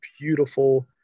beautiful